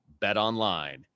BetOnline